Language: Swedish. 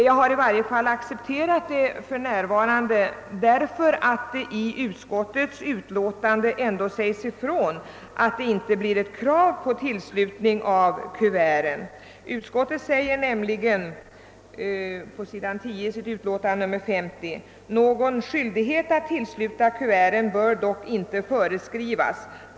Jag har i varje fall accepterat detta för närvarande, därför att det i utskottets utlåtande ändå sägs ifrån, att det inte blir något krav på tillslutning av kuverten. Utskottet säger nämligen på s. 10 i sitt utlåtande: »Någon skyldighet att tillsluta kuverten bör dock inte föreskrivas.